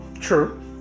True